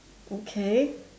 okay